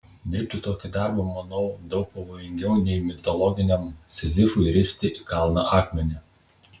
dirbti tokį darbą manau daug pavojingiau nei mitologiniam sizifui risti į kalną akmenį